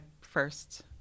first